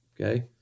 Okay